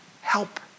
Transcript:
Help